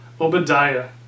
Obadiah